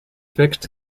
fixed